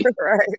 right